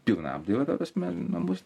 pilną apdailą ta prasme na bus